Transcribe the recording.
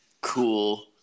cool –